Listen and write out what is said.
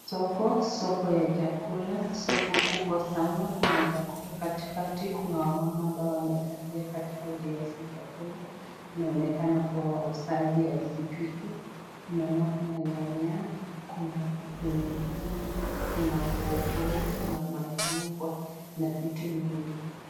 Soko, soko ya chakula ,soko kubwa sana, kuna chakula katikati ,kuna wamama ambao wamekaa pia katikati ya hizi chakula, inaonekana kuwa wauzaji wa hizi vitu tunaona kuna nyanya, kuna vitunguu ,kuna hoho, kuna machungwa na vitu mingi.